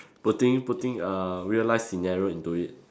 putting putting uh real life scenario into it